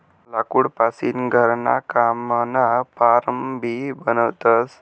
लाकूड पासीन घरणा कामना फार्स भी बनवतस